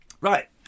Right